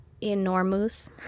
Enormous